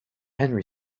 henry